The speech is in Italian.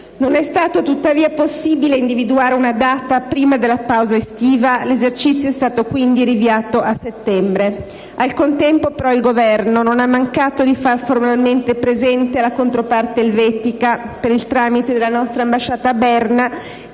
Non è stato tuttavia possibile individuare una data utile prima della pausa estiva. L'esercizio è quindi stato rinviato a settembre. Al contempo, però, il Governo non ha mancato di far formalmente presente alla controparte elvetica, per il tramite della nostra ambasciata a Berna,